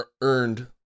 earned